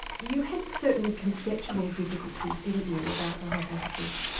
you had certain conceptual difficulties didn't you about the hypothesis?